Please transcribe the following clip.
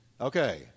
Okay